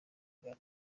ghana